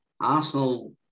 Arsenal